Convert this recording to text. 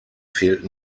fehlt